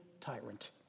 tyrant